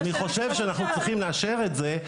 אז לכן אני חושב שאנחנו צריכים לאשר את זה לרופאים עצמם.